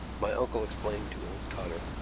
my uncle explained to old cotter.